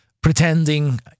pretending